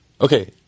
Okay